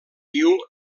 viu